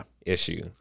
issue